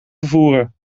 vervoeren